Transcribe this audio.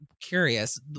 curious